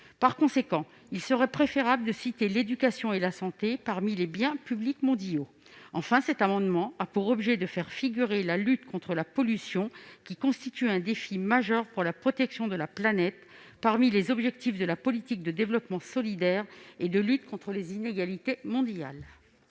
Par conséquent, il serait préférable de citer l'éducation et la santé parmi les biens publics mondiaux. Enfin, il s'agit de faire figurer la lutte contre la pollution, qui constitue un défi majeur pour la protection de la planète, parmi les objectifs de la politique de développement solidaire et de lutte contre les inégalités mondiales.